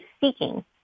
seeking